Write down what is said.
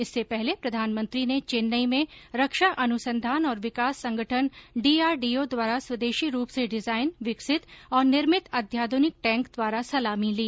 इससे पहले प्रधानमंत्री ने चेन्नई में रक्षा अनुसंधान और विकास संगठन डीआरडीओ द्वारा स्वदेशी रूप से डिजाइन विकसित और निर्मित अत्याध्रनिक टैंक द्वारा सलामी ली